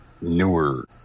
newer